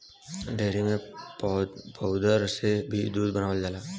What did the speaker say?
dairy में powder से भी दूध बनावल जाला